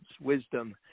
wisdom